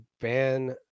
ban